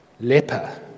leper